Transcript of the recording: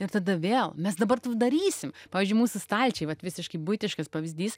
ir tada vėl mes dabar taip darysime pavyzdžiui mūsų stalčiuj vat visiškai buitiškas pavyzdys